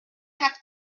have